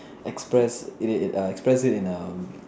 express it express it in a